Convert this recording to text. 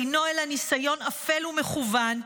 אינו אלא ניסיון אפל ומכוון,